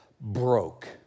broke